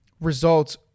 results